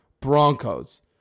Broncos